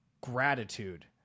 gratitude